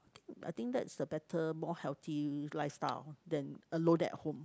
I think that's a better more healthy lifestyle than alone at home